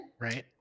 Right